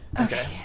Okay